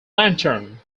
lantern